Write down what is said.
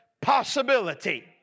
possibility